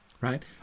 right